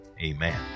Amen